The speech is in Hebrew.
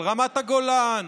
על רמת הגולן,